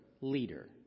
leader